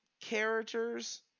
characters